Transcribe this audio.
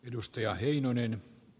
edustaja heinonen